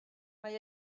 mae